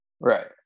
Right